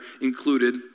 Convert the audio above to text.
included